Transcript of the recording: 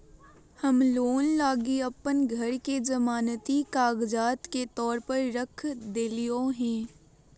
हम लोन लगी अप्पन घर के जमानती कागजात के तौर पर रख देलिओ हें